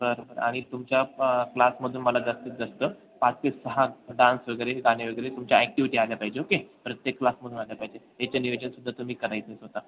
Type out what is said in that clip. बरं बरं आणि तुमच्या क्लासमधून मला जास्तीत जास्त पाच ते सहा डान्स वगैरे गाणे वगेरे तुमच्या ॲक्टिविटी आल्या पाहिजे ओके प्रत्येक क्लासमधून आल्या पाहिजे याचे नियोजनसुद्धा तुम्ही करायचं आहे स्वत